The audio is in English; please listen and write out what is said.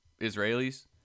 Israelis